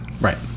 Right